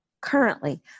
currently